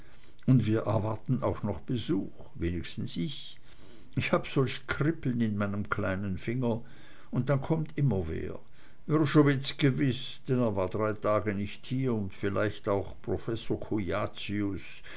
und wir erwarten auch noch besuch wenigstens ich ich habe solch kribbeln in meinem kleinen finger und dann kommt immer wer wrschowitz gewiß denn er war drei tage lang nicht hier und vielleicht auch professor